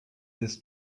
this